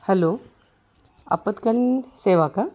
hello आपत्कालीन सेवा का